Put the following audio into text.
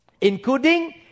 Including